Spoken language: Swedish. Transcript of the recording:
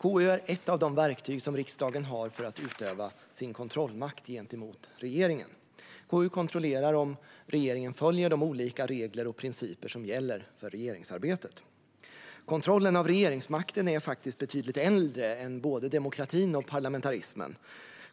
KU är ett av de verktyg som riksdagen har för att utöva sin kontrollmakt gentemot regeringen. KU kontrollerar om regeringen följer de olika regler och principer som gäller för regeringsarbetet. Kontrollen av regeringsmakten är faktiskt betydlig äldre än både demokratin och parlamentarismen.